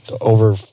over